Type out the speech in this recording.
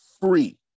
free